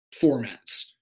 formats